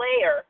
layer